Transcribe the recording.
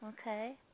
Okay